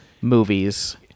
movies